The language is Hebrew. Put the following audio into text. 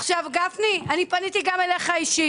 גפני, אני פניתי גם אליך אישית.